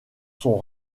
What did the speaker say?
sont